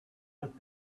but